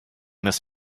this